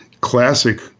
classic